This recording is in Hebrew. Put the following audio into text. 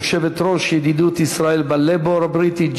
יושבת-ראש קבוצת הידידות עם ישראל בלייבור הבריטי,